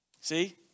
See